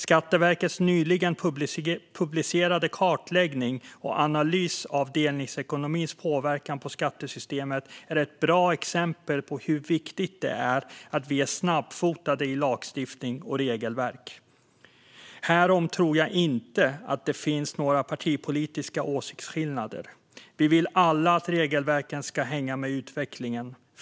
Skatteverkets nyligen publicerade kartläggning och analys av delningsekonomins påverkan på skattesystemet är ett bra exempel på hur viktigt det är att vi är snabbfotade i lagstiftning och regelverk. Härom tror jag inte det finns några partipolitiska åsiktsskillnader. Vi vill alla att regelverken ska hänga med i utvecklingen.